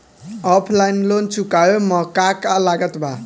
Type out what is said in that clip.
Offline loan चुकावे म का का लागत बा?